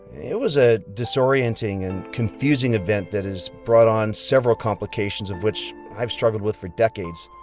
it was a disorienting and confusing event that has brought on several complications of which i've struggled with for decades.